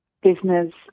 business